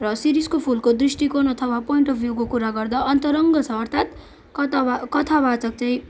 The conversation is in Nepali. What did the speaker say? र शिरीषको फुलको दृष्टिकोण अथवा पोइन्ट अफ भ्यूको कुरा गर्दा अन्तरङ्ग छ अर्थात कथावाचक चाहिँ